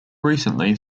recently